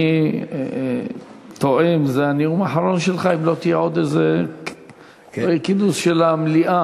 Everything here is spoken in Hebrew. אני תוהה אם זה הנאום האחרון שלך אם לא יהיה עוד איזה כינוס של המליאה.